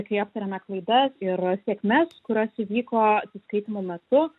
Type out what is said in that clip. kai aptariame klaidas ir sėkmes kurios įvyko atsiskaitymo metu